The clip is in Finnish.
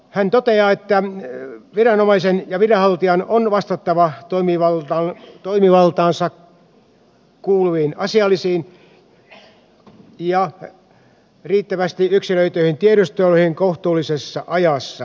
hän toteaa että viranomaisen ja viranhaltijan on vastattava toimivaltaansa kuuluviin asiallisiin ja riittävästi yksilöityihin tiedusteluihin kohtuullisessa ajassa